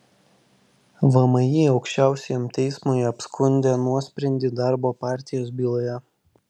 vmi aukščiausiajam teismui apskundė nuosprendį darbo partijos byloje